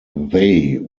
they